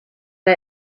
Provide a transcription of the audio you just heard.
der